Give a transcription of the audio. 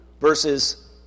versus